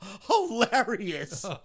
hilarious